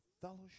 fellowship